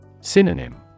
Synonym